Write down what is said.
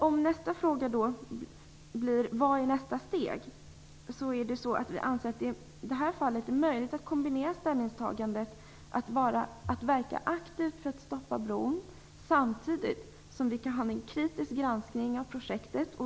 Om nästa fråga blir vad som är nästa steg vill jag svara att vi anser att det i det här fallet är möjligt att kombinera ställningstagandet att verka aktivt för att stoppa bron och samtidigt ha en kritisk granskning av projektet.